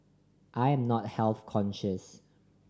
I am not health conscious